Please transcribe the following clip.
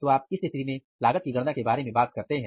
तो इस स्थिति में आप लागत की गणना के बारे में बात करते हैं